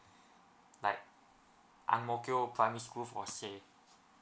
like angmokio primary school for say